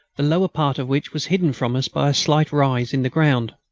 the lower part of which was hidden from us by a slight rise in the ground.